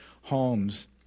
homes